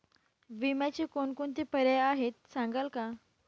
विम्याचे कोणकोणते पर्याय आहेत सांगाल का?